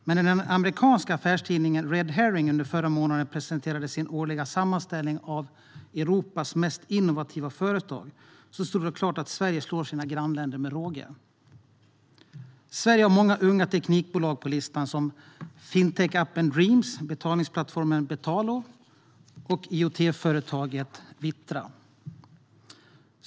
Men när den amerikanska affärstidningen Red Herring förra månaden presenterade sin årliga sammanställning av Europas mest innovativa företag stod det klart att Sverige slår sina grannländer med råge. Sverige har många unga teknikbolag på listan såsom fintechappen Dreams, betalningsplattformen Betalo och IOT-företaget Wittra.